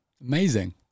Amazing